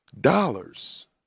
Dollars